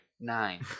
nine